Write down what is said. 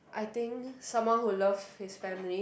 I think someone who loves his family